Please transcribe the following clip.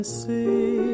see